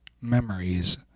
memories